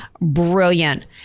brilliant